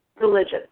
religion